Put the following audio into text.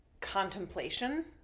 contemplation